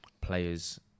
players